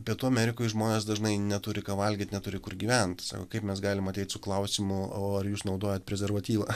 pietų amerikoj žmonės dažnai neturi ką valgyt neturi kur gyvent sako kaip mes galim ateit su klausimu o ar jūs naudojat prezervatyvą